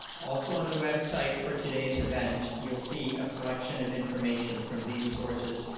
also, on the website for today's event, you'll see a collection of information from these sources.